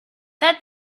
that